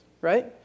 right